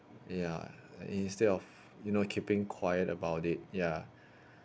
ya instead of you know keeping quiet about it ya